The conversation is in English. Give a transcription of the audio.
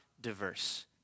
diverse